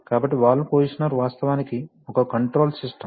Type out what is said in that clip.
కాబట్టి valve positioner వాస్తవానికి ఒక కంట్రోల్ సిస్టమ్